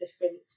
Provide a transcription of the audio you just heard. different